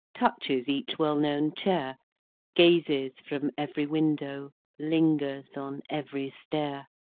touches each well-known chair gazes from every window, lingers on every stair.